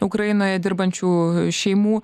ukrainoje dirbančių šeimų